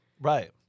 Right